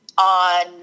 on